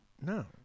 No